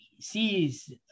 sees